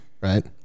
right